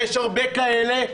יש הרבה כאלה.